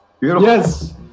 Yes